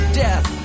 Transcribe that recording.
death